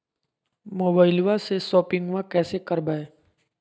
मोबाइलबा से शोपिंग्बा कैसे करबै?